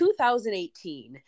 2018